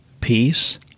peace